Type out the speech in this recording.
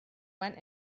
went